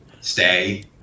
stay